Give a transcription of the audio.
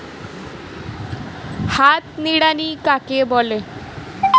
হাত নিড়ানি কাকে বলে?